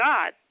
God